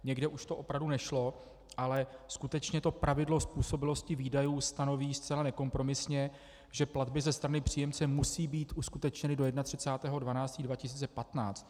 Někde už to opravdu nešlo, ale skutečně to pravidlo způsobilosti výdajů stanoví zcela nekompromisně, že platby ze strany příjemce musí být uskutečněny do 31. 12. 2015.